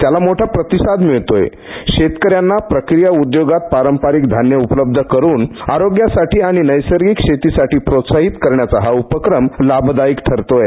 त्याला मोठा प्रतिसाद मिळतोय शेतकऱ्यांना प्रक्रीया उद्योगात पारंपारिक धान्य उपलब्ध करुन आरोग्यासाठी आणि नैसर्गिक शोतीसाठी प्रोत्साहित करण्याचा हा उपक्रम लाभदायीक ठरतो आहे